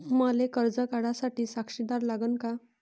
मले कर्ज काढा साठी साक्षीदार लागन का?